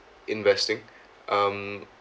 investing um